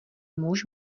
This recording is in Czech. muž